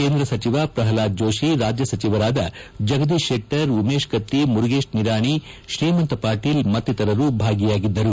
ಕೇಂದ್ರ ಸಚಿವ ಪ್ರಹ್ಲಾದ್ ಜೋಷಿ ರಾಜ್ಯ ಸಚಿವರಾದ ಜಗದೀತ ಶೆಟ್ಟರ್ ಉಮೇಶ ಕತ್ತಿ ಮುರುಗೇಶ್ ನಿರಾಣಿ ಶ್ರೀಮಂತ ಪಾಟೀಲ್ ಮತ್ತಿತರರು ಭಾಗಿಯಾಗಿದ್ದರು